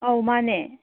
ꯑꯧ ꯃꯥꯟꯅꯦ